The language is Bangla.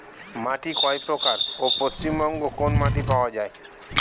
মাটি কয় প্রকার ও পশ্চিমবঙ্গ কোন মাটি পাওয়া য়ায়?